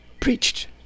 preached